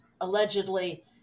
allegedly